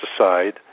aside